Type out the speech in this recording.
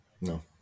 no